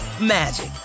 magic